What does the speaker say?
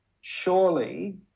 Surely